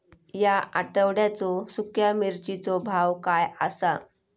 या आठवड्याचो सुख्या मिर्चीचो भाव काय आसा?